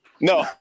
no